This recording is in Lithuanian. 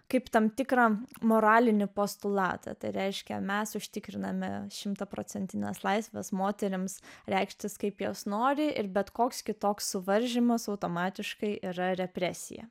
kaip tam tikrą moralinį postulatą tai reiškia mes užtikriname šimtaprocentines laisves moterims reikštis kaip jos nori ir bet koks kitoks suvaržymas automatiškai yra represija